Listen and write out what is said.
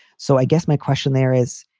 so i guess my question there is,